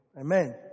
Amen